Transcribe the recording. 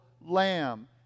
lamb